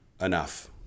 enough